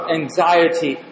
anxiety